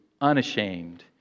unashamed